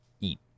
eat